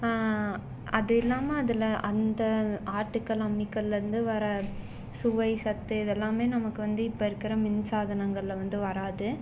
அது இல்லாமல் அதில் அந்த ஆட்டுக்கல் அம்மிக்கல்லேருந்து வர சுவை சத்து இது எல்லாமே நமக்கு வந்து இப்போ இருக்கிற மின்சாதனங்களில் வந்து வராது